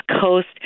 Coast